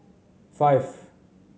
five